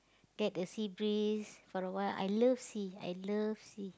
get the sea breeze for awhile I love sea I love sea